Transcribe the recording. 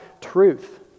truth